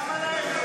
למה להם לא,